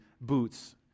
boots